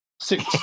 six